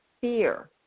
fear